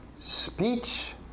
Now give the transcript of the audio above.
speech